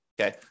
Okay